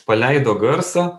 paleido garsą